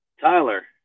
Tyler